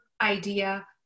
idea